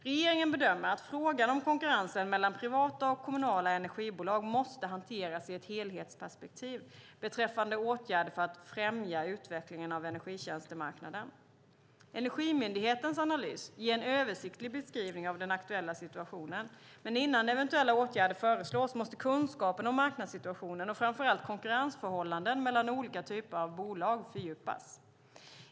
Regeringen bedömer att frågan om konkurrensen mellan privata och kommunala energibolag måste hanteras i ett helhetsperspektiv beträffande åtgärder för att främja utvecklingen av energitjänstemarknaden. Energimyndighetens analys ger en översiktlig beskrivning av den aktuella situationen, men innan eventuella åtgärder föreslås måste kunskapen om marknadssituationen och framför allt konkurrensförhållanden mellan olika typer av bolag fördjupas.